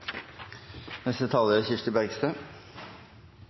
Neste taler er